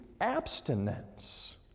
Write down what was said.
abstinence